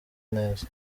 neza